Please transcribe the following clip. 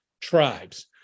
tribes